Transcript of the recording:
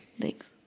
Thanks